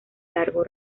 largo